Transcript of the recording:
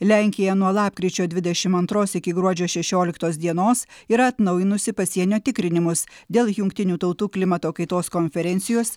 lenkija nuo lapkričio dvidešimt antros iki gruodžio šešioliktos dienos yra atnaujinusi pasienio tikrinimus dėl jungtinių tautų klimato kaitos konferencijos